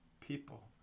people